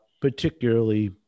particularly